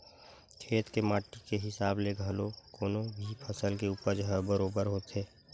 खेत के माटी के हिसाब ले घलो कोनो भी फसल के उपज ह बरोबर होथे